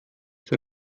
der